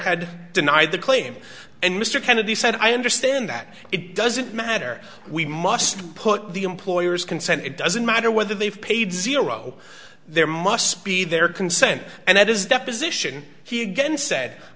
had denied the claim and mr kennedy said i understand that it doesn't matter we must put the employers consent it doesn't matter whether they've paid zero there must be their consent and that is deposition he again